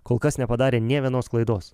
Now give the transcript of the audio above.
kol kas nepadarė nė vienos klaidos